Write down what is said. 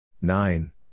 Nine